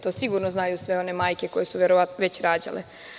To sigurno znaju sve one majke koje su verovatno već rađale.